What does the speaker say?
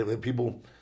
People